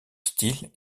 style